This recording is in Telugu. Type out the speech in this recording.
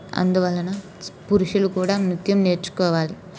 అందువలన పురుషులు కూడా నృత్యం నేర్చుకోవాలి